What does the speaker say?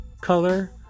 color